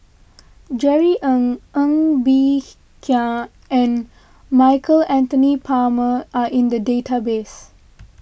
Jerry Ng Ng Bee Kia and Michael Anthony Palmer are in the database